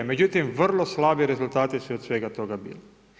Međutim, vrlo slabi rezultati su od svega toga bili.